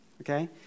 okay